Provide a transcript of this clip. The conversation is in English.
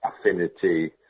Affinity